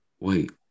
wait